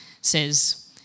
says